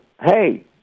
hey